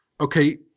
okay